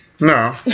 No